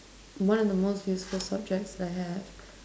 one of the most useful subjects I had